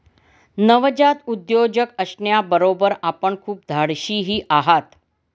नवजात उद्योजक असण्याबरोबर आपण खूप धाडशीही आहात